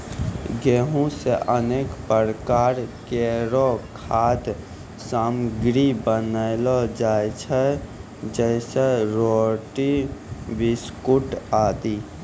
गेंहू सें अनेक प्रकार केरो खाद्य सामग्री बनैलो जाय छै जैसें रोटी, बिस्कुट आदि